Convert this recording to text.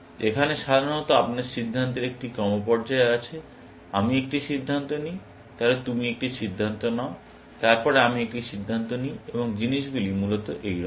এখানে সাধারণত আপনার সিদ্ধান্তের একটি ক্রমপর্যায় আছে আমি একটা সিদ্ধান্ত নিই তাহলে তুমি একটা সিদ্ধান্ত নাও তারপর আমি একটি সিদ্ধান্ত নিই এবং জিনিসগুলি মূলত এইরকম